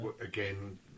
again